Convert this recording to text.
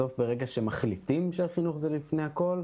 בסוף ברגע שמחליטים שהחינוך זה לפני הכול,